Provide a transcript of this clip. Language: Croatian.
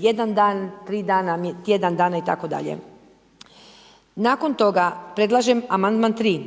jedan dan, tri dana, tjedan dana itd. Nakon toga predlažem Amandman 3